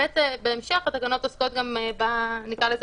בהמשך התקנות עוסקות גם במה שנקרא לזה